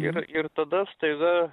ir ir tada staiga